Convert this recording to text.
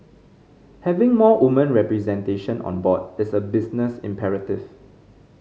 having more woman representation on board is a business imperative